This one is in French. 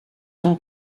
tant